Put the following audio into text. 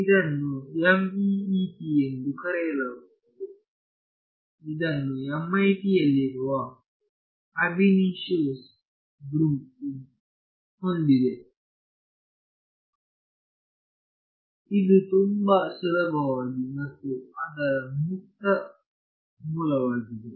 ಇದನ್ನು MEEP ಎಂದು ಕರೆಯಲಾಗುತ್ತದೆ ಇದನ್ನು MIT ಯಲ್ಲಿರುವ ಅಬ್ ಇನಿಶಿಯೋ ಗುಂಪು ಹೊಂದಿದೆ ಇದು ತುಂಬಾ ಸುಲಭವಾಗಿ ಮತ್ತು ಅದರ ಮುಕ್ತ ಮೂಲವಾಗಿದೆ